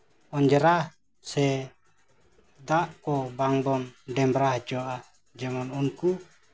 ᱚᱸᱡᱽᱨᱟ ᱥᱮ ᱫᱟᱜ ᱠᱚ ᱵᱟᱝ ᱵᱚᱱ ᱰᱮᱢᱨᱟ ᱦᱚᱪᱚᱣᱟᱜ ᱡᱮᱢᱚᱱ ᱩᱱᱠᱩ